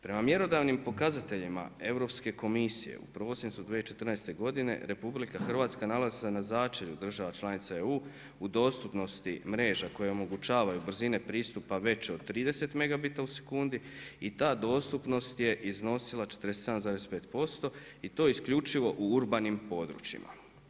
Prema mjerodavnim pokazateljima Europske komisije u prosincu 2014. godine Republika Hrvatska nalazi se na začelju država članica EU u dostupnosti mreža koje omogućavaju brzine pristupa veće od 30 megabita u sekundi i ta dostupnost je iznosila 47,5% i to isključivo u urbanim područjima.